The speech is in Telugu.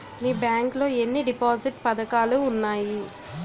మీ బ్యాంక్ లో ఎన్ని డిపాజిట్ పథకాలు ఉన్నాయి?